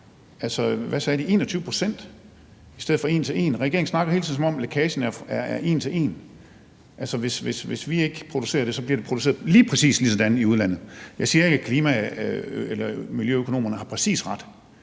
troede? De sagde 21 pct. i stedet for en til en. Regeringen snakker hele tiden, som om lækagen er en til en, altså at hvis vi ikke producerer det, bliver det produceret på lige præcis samme måde i udlandet. Jeg siger ikke, at klima- og miljøøkonomerne lige præcis har